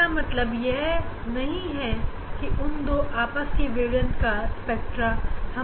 जिसका मतलब यह नहीं है कि उन दो आसपास की वेवलेंथ का स्पेक्ट्रा हम लोग देख पा रहे हैं या नहीं